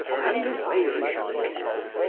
and away he shall again.